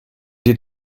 des